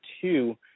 two